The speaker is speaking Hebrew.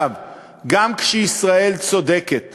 גם כשישראל צודקת